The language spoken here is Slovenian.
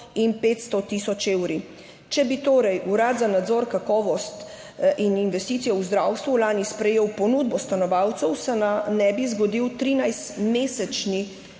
in 500 tisoč evri. Če bi torej Urad za nadzor, kakovost in investicije v zdravstvu lani sprejel ponudbo stanovalcev, se ne bi zgodil 13-mesečni